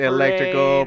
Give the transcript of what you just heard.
Electrical